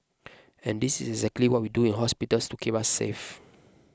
and this is exactly what we do in hospitals to keep us safe